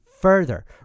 further